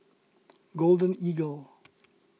Golden Eagle